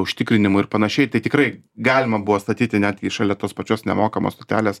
užtikrinimu ir panašiai tai tikrai galima buvo statyti netgi šalia tos pačios nemokamos stotelės